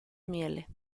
miele